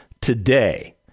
today